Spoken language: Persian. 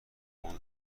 قول